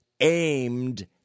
aimed